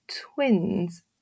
twins